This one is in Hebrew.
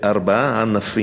בארבעה ענפים,